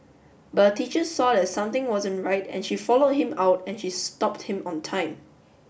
but a teacher saw that something wasn't right and she followed him out and she stopped him on time